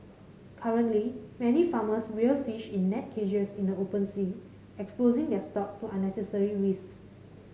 currently many farmers rear fish in net cages in the open sea exposing their stock to unnecessary risks